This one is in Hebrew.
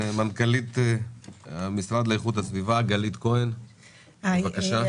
מנכ"לית המשרד להגנת הסביבה, גלית כהן, בבקשה.